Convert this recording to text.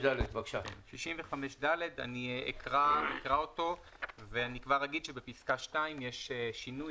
אני אקרא את סעיף 65ד ואני כבר אומר שבפסק (2) יש שינוי.